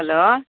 hello